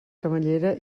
camallera